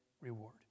reward